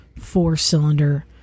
four-cylinder